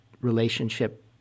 relationship